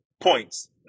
points